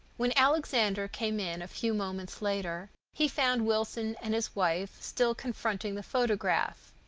when alexander came in a few moments later, he found wilson and his wife still confronting the photograph.